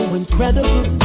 incredible